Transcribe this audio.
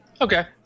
Okay